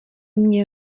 mně